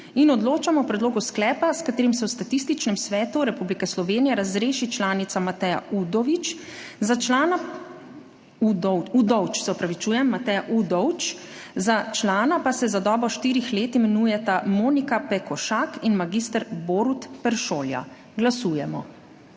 ni. Odločamo o predlogu sklepa, s katerim se v Statističnem svetu Republike Slovenije razreši članica Mateja Udovč, za člana pa se za dobo štirih let imenujeta Monika Pekošak in mag. Borut Peršolja. Glasujemo.